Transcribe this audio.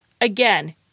Again